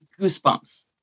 goosebumps